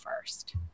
first